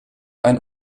ein